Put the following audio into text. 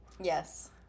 Yes